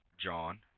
John